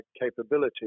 capability